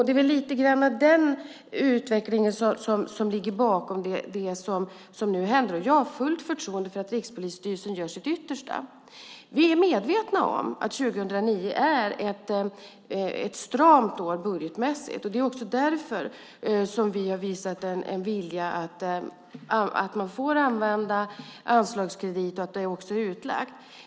Det är lite grann den utvecklingen som ligger bakom det som nu händer. Och jag har fullt förtroende för att Rikspolisstyrelsen gör sitt yttersta. Vi är medvetna om att 2009 är ett stramt år budgetmässigt. Det är därför som man får använda anslagskrediter.